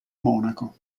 monaco